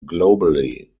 globally